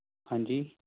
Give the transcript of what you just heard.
ਹਾਂਜੀ